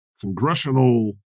congressional